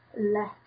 let